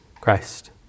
Christ